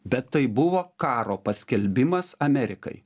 bet tai buvo karo paskelbimas amerikai